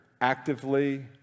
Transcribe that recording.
actively